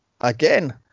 again